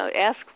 ask